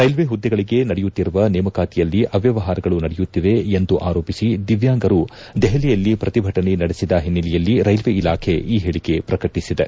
railway ಹುದ್ದೆಗಳಿಗೆ ನಡೆಯುತ್ತಿರುವ ನೇಮಕಾತಿಯಲ್ಲಿ ಅವ್ಯವಹಾರಗಳು ನಡೆಯುತ್ತಿವೆ ಎಂದು ಆರೋಪಿಸಿ ದಿವ್ಯಾಂಗರು ದೆಹಲಿಯಲ್ಲಿ ಪ್ರತಿಭಟನೆ ನಡೆಸಿದ ಓನ್ನೆಲೆಯಲ್ಲಿ ರೈಲ್ವೆ ಇಲಾಖೆ ಈ ಹೇಳಿಕೆ ಪ್ರಕಟಿಸಿದೆ